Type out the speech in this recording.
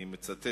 אני מצטט,